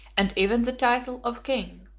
and even the title of king.